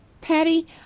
Patty